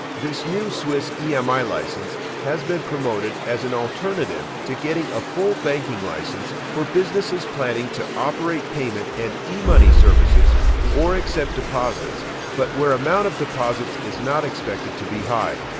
this new swiss emi license has been promoted as an alternative to getting a full banking license for businesses planning to operate payment and emani services or accept deposits but where amount of deposits is not expected to be high.